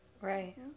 Right